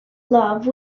love